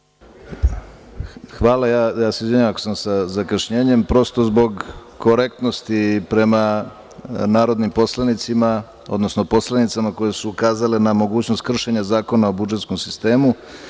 Ja se izvinjavam ako sam se javio sa zakašnjenjem, ali prosto zbog korektnosti prema narodnim poslanicima, odnosno poslanicama koje su ukazale na mogućnost kršenja Zakona o budžetskom sistemu.